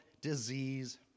disease